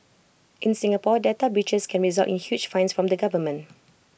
in Singapore data breaches can result in huge fines from the government